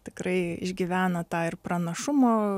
tikrai išgyvena tą ir pranašumo